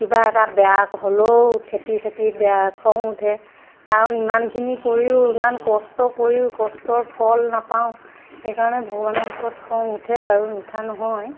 কিবা এটা বেয়া হ'লেও খেতি চেতি বেয়া খং উঠে কাৰণ ইমানখিনি কৰিও ইমান কষ্ট কৰিও কষ্টৰ ফল নাপাওঁ সেইকাৰণে ভগৱানৰ ওচৰত খং উঠে বাৰু নুঠা নহয়